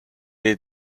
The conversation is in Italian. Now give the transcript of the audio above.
dei